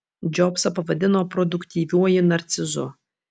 džobsą pavadino produktyviuoju narcizu